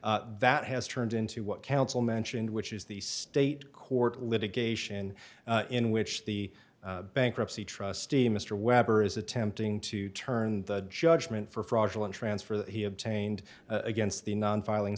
pending that has turned into what counsel mentioned which is the state court litigation in which the bankruptcy trustee mr weber is attempting to turn the judgment for fraudulent transfer that he obtained against the non filing